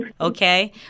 okay